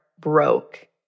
broke